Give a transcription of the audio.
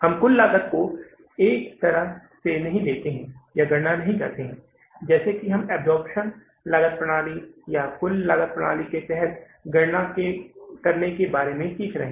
हम कुल लागत को एक तरह से नहीं लेते हैं या गणना नहीं करते हैं जैसा कि हम अब्सॉर्प्शन लागत प्रणाली या कुल लागत प्रणाली के तहत गणना करने के बारे में सीख रहे हैं